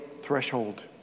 threshold